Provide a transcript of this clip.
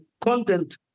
content